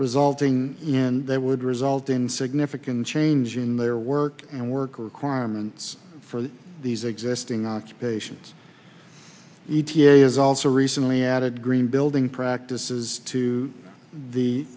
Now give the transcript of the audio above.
resulting in they would result in significant change in their work and work requirements for these existing occupations e t a is also recently added green building practices to the